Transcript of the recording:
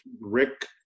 Rick